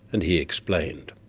and he explained.